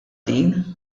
din